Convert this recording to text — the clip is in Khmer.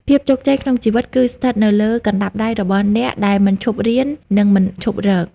ភាពជោគជ័យក្នុងជីវិតគឺស្ថិតនៅលើកណ្តាប់ដៃរបស់អ្នកដែលមិនឈប់រៀន និងមិនឈប់រក។